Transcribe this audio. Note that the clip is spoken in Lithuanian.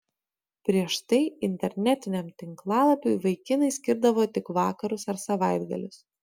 prieš tai internetiniam tinklalapiui vaikinai skirdavo tik vakarus ar savaitgalius